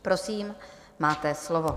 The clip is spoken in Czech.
Prosím, máte slovo.